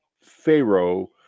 pharaoh